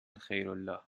خیرالله